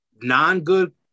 non-good